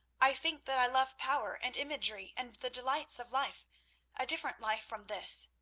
i think that i love power and imagery and the delights of life a different life from this.